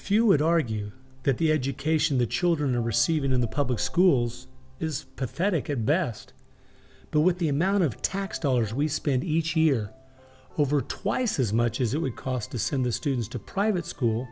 few would argue that the education the children receive in the public schools is pathetic at best but with the amount of tax dollars we spend each year over twice as much as it would cost to sin the students to private school